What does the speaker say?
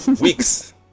weeks